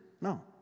No